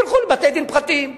תלכו לבתי-דין פרטיים,